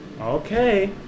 Okay